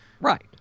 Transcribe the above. Right